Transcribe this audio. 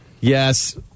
Yes